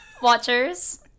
Watchers